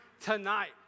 tonight